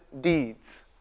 deeds